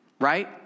right